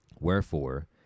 Wherefore